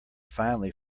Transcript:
finally